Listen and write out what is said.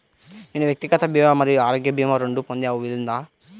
నేను వ్యక్తిగత భీమా మరియు ఆరోగ్య భీమా రెండు పొందే వీలుందా?